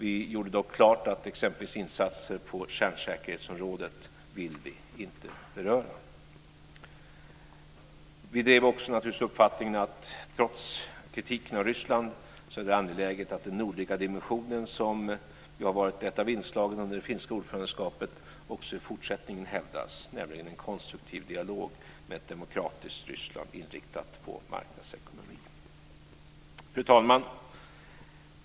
Vi gjorde dock klart att vi inte ville beröra insatser på t.ex. kärnsäkerhetsområdet. Vi drev också uppfattningen att det, trots kritiken mot Ryssland, är angeläget att den nordliga dimensionen, som varit ett av inslagen under det finska ordförandeskapet, också i fortsättningen hävdas, nämligen en konstruktiv dialog med ett demokratiskt Fru talman!